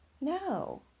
No